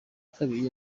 kabiri